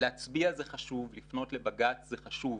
להצביע זה חשוב, לפנות לבג"ץ זה חשוב.